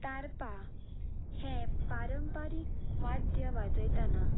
तारपां हें पारंपारीक वाद्य वाजयताना